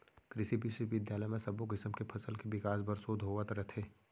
कृसि बिस्वबिद्यालय म सब्बो किसम के फसल के बिकास बर सोध होवत रथे